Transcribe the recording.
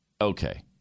Okay